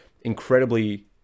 incredibly